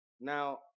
Now